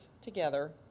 together